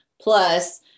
Plus